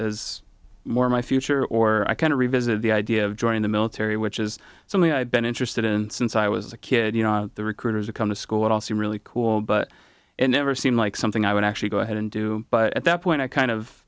as more my future or i kind of revisit the idea of joining the military which is something i've been interested in since i was a kid you know the recruiters to come to school at all seem really cool but it never seemed like something i would actually go ahead and do but at that point i kind of